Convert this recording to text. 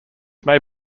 may